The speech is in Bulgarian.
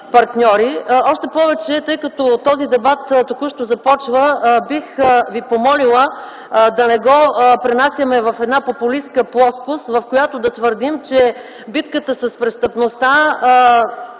партньори. И тъй като този дебат току-що започва, бих ви помолила да не го пренасяме в една популистка плоскост, в която да твърдим, че битката с престъпността